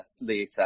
later